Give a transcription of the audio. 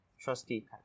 Trusty